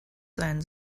sein